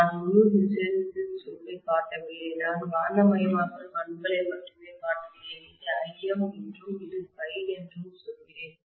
நான் முழு ஹிஸ்டெரெஸிஸ் லூப்பை காட்டவில்லை நான் காந்தமயமாக்கல் பண்புகளை மட்டுமே காட்டுகிறேன் இது Im என்றும் இது ∅ என்றும் சொல்கிறேன்